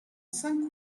cinq